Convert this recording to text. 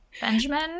Benjamin